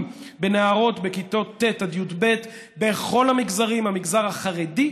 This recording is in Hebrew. בנערות בכיתות ט' עד י"ב בכל המגזרים: המגזר החרדי,